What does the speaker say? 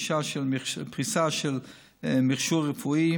בפריסה של מכשור רפואי,